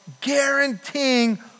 guaranteeing